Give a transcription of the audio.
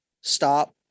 stop